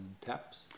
taps